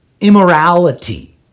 immorality